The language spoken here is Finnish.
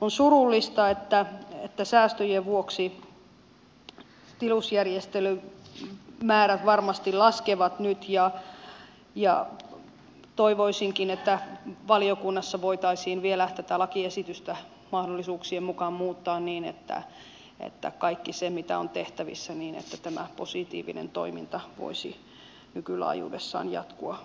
on surullista että säästöjen vuoksi tilusjärjestelymäärät varmasti laskevat nyt ja toivoisinkin että valiokunnassa voitaisiin vielä tätä lakiesitystä mahdollisuuksien mukaan muuttaa niin että kaikki se mitä on tehtävissä että tämä positiivinen toiminta voisi nykylaajuudessaan jatkua